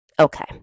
okay